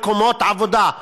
מקומות עבודה.